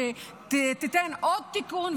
שתיתן עוד תיקון.